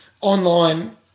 online